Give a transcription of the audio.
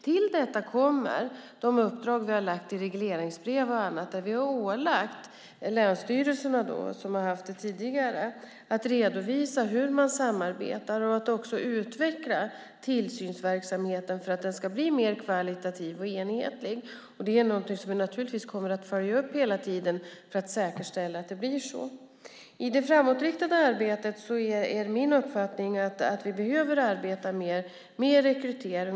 Till detta kommer de uppdrag vi har lagt i regleringsbrev och annat där vi ålagt länsstyrelserna att redovisa hur de samarbetar och också utveckla tillsynsverksamheten för att den ska bli mer kvalitativ och enhetlig. Det kommer vi naturligtvis hela tiden att följa upp för att säkerställa att det blir så. När det gäller det framåtriktade arbetet är det min uppfattning att vi behöver arbeta mer med rekrytering.